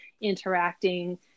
interacting